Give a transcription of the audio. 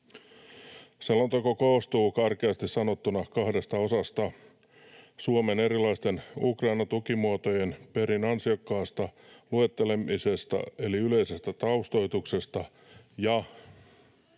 Selonteko koostuu karkeasti sanottuna kahdesta osasta: Suomen erilaisten Ukraina-tukimuotojen perin ansiokkaasta luettelemisesta, eli yleisestä taustoituksesta, ja